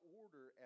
order